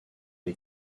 les